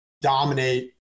dominate